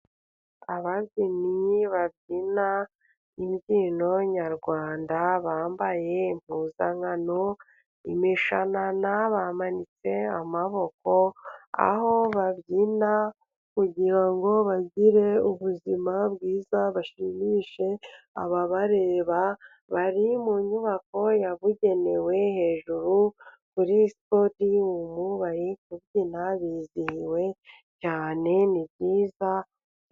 Ababyinnyi babyina imbyino nyarwanda, bambaye impuzankano imishanana bamanitse amaboko, aho babyina kugirango ngo bagire ubuzima bwiza, bashimishe ababareba bari mu nyubako yabugenewe hejuru kuri podiyumu bari kubyina, bizihiwe cyane nibyiza.